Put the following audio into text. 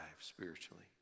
spiritually